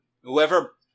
Whoever